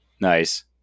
Nice